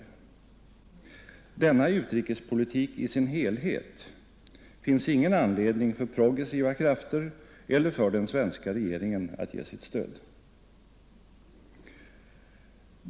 Åt denna utrikespolitik i sin helhet finns ingen anledning för progressiva krafter eller för den svenska regeringen att ge sitt stöd.